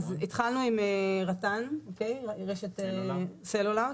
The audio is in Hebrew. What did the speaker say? אז התחלנו עם רט"ן רשת סלולר,